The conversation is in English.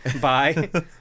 Bye